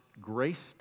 graced